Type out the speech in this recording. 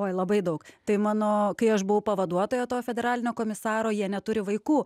oi labai daug tai mano kai aš buvau pavaduotoja to federalinio komisaro jie neturi vaikų